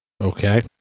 Okay